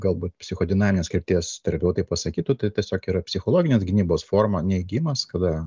galbūt psichodinaminės krypties terapeutai pasakytų tai tiesiog yra psichologinės gynybos forma neigimas kada